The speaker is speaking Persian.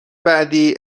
بعدی